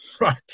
Right